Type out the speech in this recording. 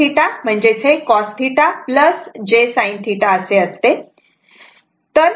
इथे हे e jθ cos θ j sin θ दिलेले आहे